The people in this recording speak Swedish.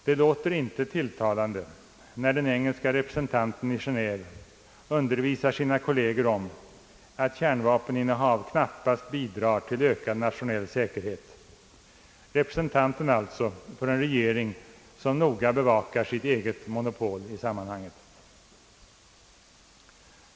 Det låter inte tilltalande, när den engelska representanten i Genéve undervisar sina kolleger om att kärnvapeninnehav knappast bidrar till ökad nationell säkerhet — representanten alltså för en regering, som noga bevakar sitt eget monopol i sammanhanget.